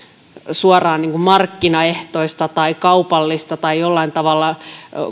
suoraan markkinaehtoista tai kaupallista tai jollain tavalla